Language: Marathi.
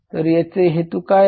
तर याचे हेतू काय आहे